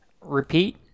Repeat